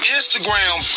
Instagram